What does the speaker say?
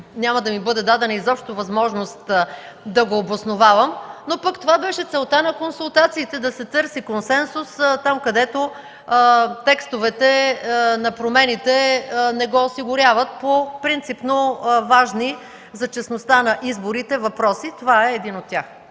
няма да ми бъде дадена изобщо възможност да го обосновавам. Това пък беше целта на консултациите – да се търси консенсус там, където текстовете на промените не го осигуряват по принципно важни за честността на изборите въпроси. Този е един от тях.